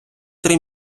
три